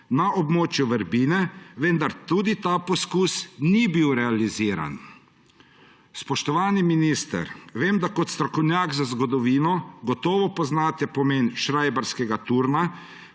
na območju Vrbine, vendar tudi ta poskus ni bil realiziran. Spoštovani minister! Vem, da kot strokovnjak za zgodovino gotovo poznate pomen Šrajbarskega turna,